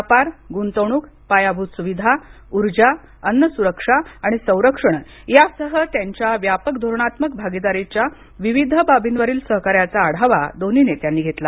व्यापार गुंतवणूक पायाभूत सुविधा ऊर्जा अन्न सुरक्षा आणि संरक्षण यासह त्यांच्या व्यापक धोरणात्मक भागीदारीच्या विविध बाबींवरील सहकार्याचा आढावा दोन्ही नेत्यांनी घेतला